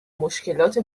مشکلات